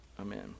Amen